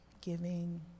giving